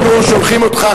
אנחנו שולחים אותך,